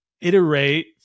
iterate